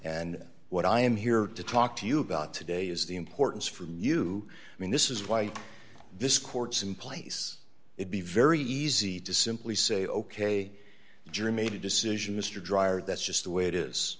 and what i am here to talk to you about today is the importance for you i mean this is why this court's in place it be very easy to simply say ok jerm made a decision mr dreier that's just the way it is